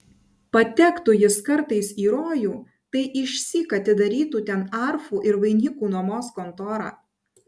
patektų jis kartais į rojų tai išsyk atidarytų ten arfų ir vainikų nuomos kontorą